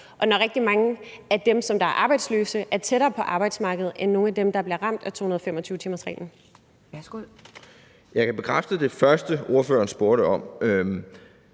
og når rigtig mange af dem, som er arbejdsløse, er tættere på arbejdsmarkedet end nogle af dem, der bliver ramt af 225-timersreglen. Kl. 10:17 Anden næstformand